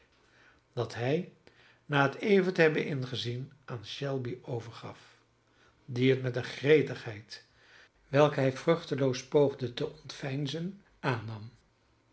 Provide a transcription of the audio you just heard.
dat hij na het even te hebben ingezien aan shelby overgaf die het met een gretigheid welke hij vruchteloos poogde te ontveinzen aannam